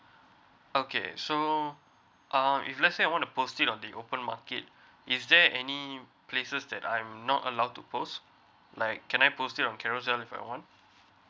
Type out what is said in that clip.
okay so um if let's say I want to post it on the open market is there any places that I am not allowed to post like can I posted on carousell and